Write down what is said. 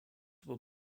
were